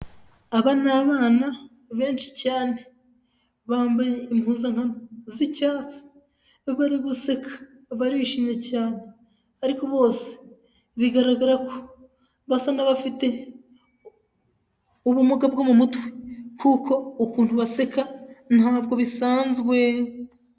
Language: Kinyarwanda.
Aba ni abana abenshi cyane bambaye impuzankano z'icyatsi bari guseka barishimye cyane ariko bose bigaragara ko bafite ubumuga bwo mu mutwe kuko ukuntu baseka ntabwo bisanzwe.